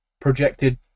projected